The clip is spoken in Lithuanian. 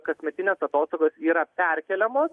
kasmetinės atostogos yra perkeliamos